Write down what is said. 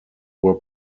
were